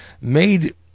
made